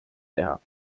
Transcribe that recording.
teha